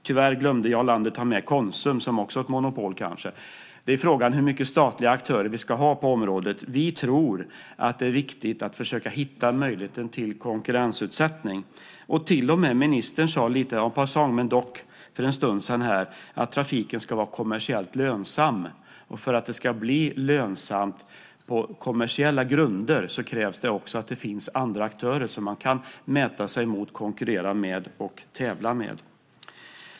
Tyvärr glömde Jarl Lander ta med Konsum, som kanske också är ett monopol. Frågan är hur mycket statliga aktörer vi ska ha på området. Vi tror att det är viktigt att försöka hitta möjligheter till konkurrensutsättning. Till och med ministern sade, lite en passant men dock, för en stund sedan här att trafiken ska vara kommersiellt lönsam. För att den ska bli lönsam på kommersiella grunder krävs det också att det finns andra aktörer som man kan mäta sig mot, konkurrera med och tävla med.